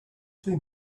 two